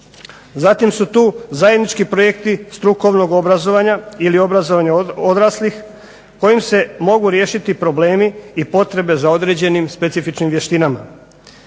Zatim su tu zajednički projekti strukovnog obrazovanja ili obrazovanja odraslih kojim se mogu riješiti problemi i potrebe za određenim specifičnim vještinama.